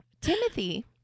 Timothy